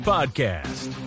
Podcast